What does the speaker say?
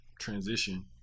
transition